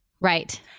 Right